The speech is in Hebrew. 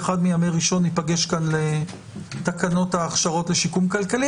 באחד מימי ראשון ניפגש כאן לתקנות ההכשרות לשיקום כלכלי